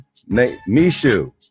nishu